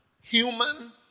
Human